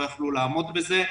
לא יכלו לעמוד בזה,